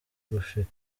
gushika